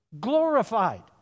glorified